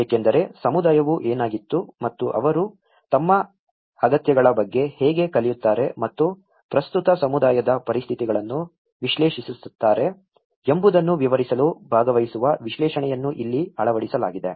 ಏಕೆಂದರೆ ಸಮುದಾಯವು ಏನಾಗಿತ್ತು ಮತ್ತು ಅವರು ತಮ್ಮ ಅಗತ್ಯಗಳ ಬಗ್ಗೆ ಹೇಗೆ ಕಲಿಯುತ್ತಾರೆ ಮತ್ತು ಪ್ರಸ್ತುತ ಸಮುದಾಯದ ಪರಿಸ್ಥಿತಿಗಳನ್ನು ವಿಶ್ಲೇಷಿಸುತ್ತಾರೆ ಎಂಬುದನ್ನು ವಿವರಿಸಲು ಭಾಗವಹಿಸುವ ವಿಶ್ಲೇಷಣೆಯನ್ನು ಇಲ್ಲಿ ಅಳವಡಿಸಲಾಗಿದೆ